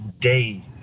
day